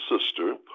sister